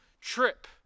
trip